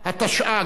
התשע"ג 2012,